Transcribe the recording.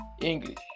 English